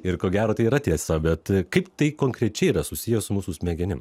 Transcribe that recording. ir ko gero tai yra tiesa bet kaip tai konkrečiai yra susiję su mūsų smegenim